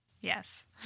Yes